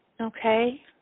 okay